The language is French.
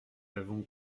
avons